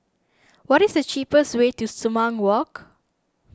what is the cheapest way to Sumang Walk